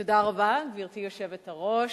גברתי היושבת-ראש,